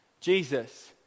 Jesus